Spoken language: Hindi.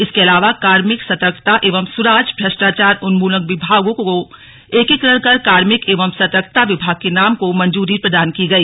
इसके अलावा कार्मिक सतर्कता एवं सुराज भ्रष्टाचार उन्मूलन विभागों को एकीकरण कर कार्मिक एवं सतर्कता विभाग के नाम को मंजूरी प्रदान की गई